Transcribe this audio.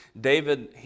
David